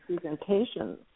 presentations